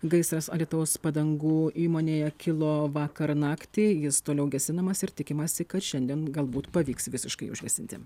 gaisras alytaus padangų įmonėje kilo vakar naktį jis toliau gesinamas ir tikimasi kad šiandien galbūt pavyks visiškai užgesinti